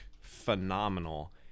phenomenal